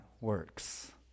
works